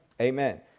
Amen